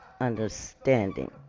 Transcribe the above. understanding